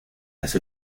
las